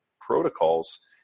protocols